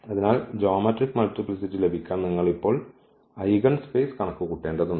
അതിനാൽ geometric multiplicity ലഭിക്കാൻ നിങ്ങൾ ഇപ്പോൾ ഐഗൻസ്പേസ് കണക്കുകൂട്ടേണ്ടതുണ്ട്